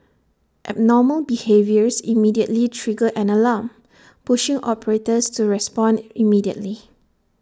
abnormal behaviours immediately trigger an alarm pushing operators to respond immediately